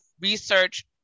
research